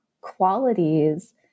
qualities